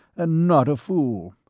and not a fool.